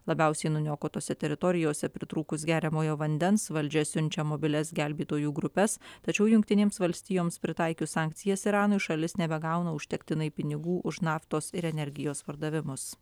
labiausiai nuniokotose teritorijose pritrūkus geriamojo vandens valdžia siunčia mobilias gelbėtojų grupes tačiau jungtinėms valstijoms pritaikius sankcijas iranui šalis nebegauna užtektinai pinigų už naftos ir energijos pardavimus